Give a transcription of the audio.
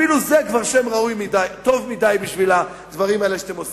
אפילו זה כבר שם טוב מדי בשביל הדברים האלה שאתם עושים.